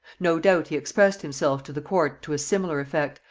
no doubt he expressed himself to the court to a similar effect,